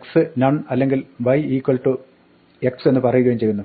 x none അല്ലെങ്കിൽ y x എന്ന് പറയുകയും ചെയ്യുന്നു